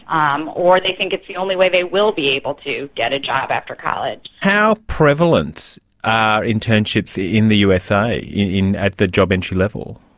um or they think it's the only way they will be able to get a job after college. how prevalent are internships in the usa you know at the job entry level?